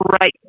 right